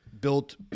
built